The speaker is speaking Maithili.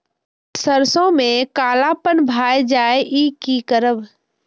सरसों में कालापन भाय जाय इ कि करब?